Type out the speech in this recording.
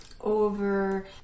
over